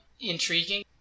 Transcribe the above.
intriguing